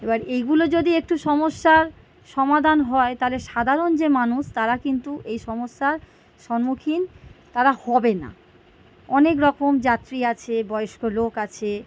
এবার এইগুলো যদি একটু সমস্যার সমাধান হয় তাহলে সাধারণ যে মানুষ তারা কিন্তু এই সমস্যার সম্মুখীন তারা হবে না অনেকরকম যাত্রী আছে বয়স্ক লোক আছে